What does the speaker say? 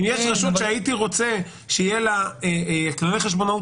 אם יש רשות שהייתי רוצה שיהיו לה כללי חשבונאות